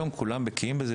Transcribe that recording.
היום כולם בקיאים בזה,